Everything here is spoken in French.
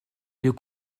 lieux